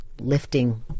lifting